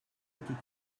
était